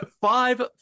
five